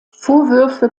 vorwürfe